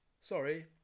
sorry